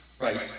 right